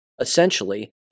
essentially